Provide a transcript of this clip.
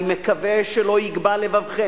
אני מקווה שלא יגבה לבבכם,